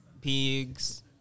pigs